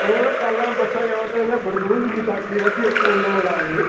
ओह् यरो कल अ'ऊं बस्सा च आवा दा हा ते बरदू गी चाची लब्भी गेई इक उ'न्नै मंगाए दे